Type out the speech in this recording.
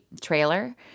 trailer